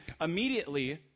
immediately